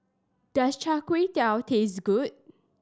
does Char Kway Teow taste good